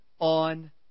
on